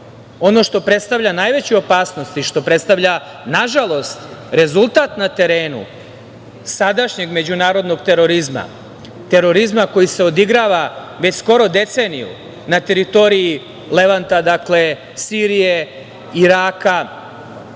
što predstavlja najveću opasnost i što predstavlja, nažalost, rezultat na terenu sadašnjeg međunarodnog terorizma, terorizma koji se odigrava već skoro deceniju na teritoriji Levanta, dakle, Sirije, Iraka,